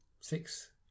six